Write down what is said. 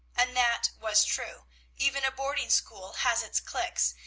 and that was true even a boarding-school has its cliques,